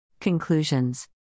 Conclusions